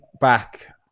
back